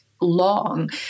long